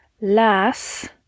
las